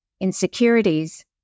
insecurities